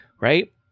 right